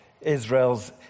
Israel's